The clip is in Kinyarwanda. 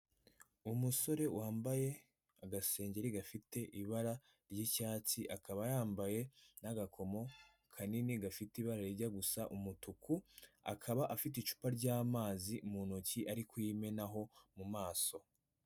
Umusore wambaye agasengeri gafite ibara ry'icyatsi, akaba yambaye n'agakomo kanini gafite ibara rijya gusa umutuku, akaba afite icupa ry'amazi mu ntoki ari kuyimenaho mu maso.